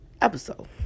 episode